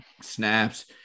snaps